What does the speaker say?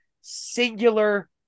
singular